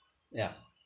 ya